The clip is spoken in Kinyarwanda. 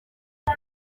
ngo